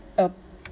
a